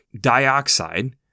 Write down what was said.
dioxide